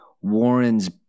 Warren's